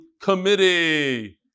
committee